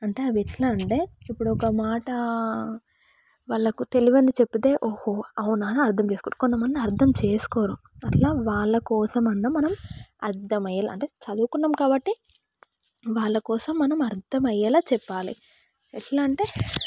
అంటే అవి ఎట్లా అంటే ఇప్పుడు ఒక మాట వాళ్ళకు తెలియంది చెప్తే ఓహో అవునా అని అర్థం చేసుకుంటారు కొంతమంది అర్థం చేసుకోరు అట్లా వాళ్ళ కోసమన్నా మనం అర్థమయ్యేలాగా అంటే చదువుకున్నాం కాబట్టి వాళ్ళ కోసం మనం అర్థమయ్యేలాగా చెప్పాలి ఎట్లా అంటే